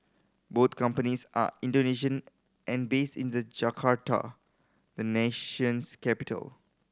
both companies are Indonesian and based in the Jakarta the nation's capital